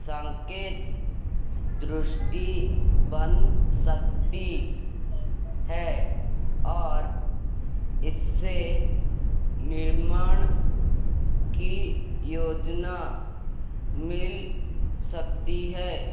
संकेत दृष्टि बन सकती है और इससे निर्माण की योजना मिल सकती है